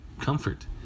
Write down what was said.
comfort